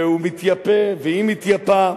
והוא מתייפה והיא מתייפה.